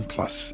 Plus